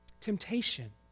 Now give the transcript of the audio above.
Temptation